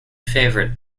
favorite